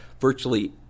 virtually